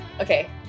Okay